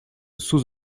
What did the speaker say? sous